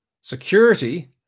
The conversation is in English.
security